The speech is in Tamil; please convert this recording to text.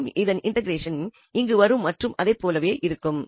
மேலும் இதன் இன்டெக்ரேசன் இங்கு வரும் மற்றும் அதை போலவே இங்கும் இருக்கும்